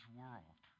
world